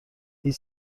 هیچ